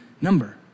number